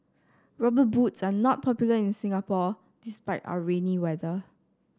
rubber boots are not popular in Singapore despite our rainy weather